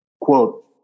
quote